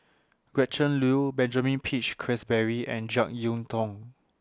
Gretchen Liu Benjamin Peach Keasberry and Jek Yeun Thong